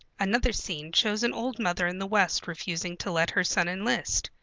another scene shows an old mother in the west refusing to let her son enlist.